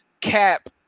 Cap